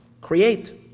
create